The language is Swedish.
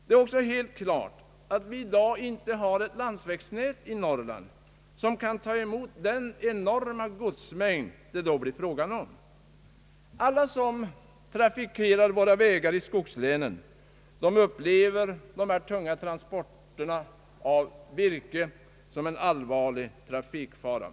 Det är också helt klart att vi i dag inte har ett landsvägsnät i Norrland som kan ta emot den enorma godsmängd det blir fråga om. Alla som trafikerar våra vägar inom skogslänen upplever de tunga transporterna av virke som en mycket allvarlig trafikfara.